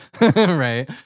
right